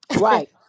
right